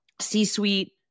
c-suite